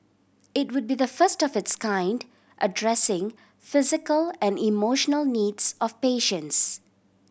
it would be the first of its kind addressing physical and emotional needs of patients